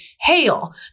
HAIL